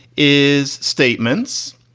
is statements.